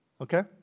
Okay